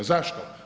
Zašto?